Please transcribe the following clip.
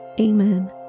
Amen